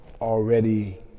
already